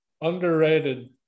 Underrated